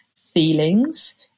feelings